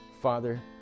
Father